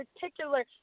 particular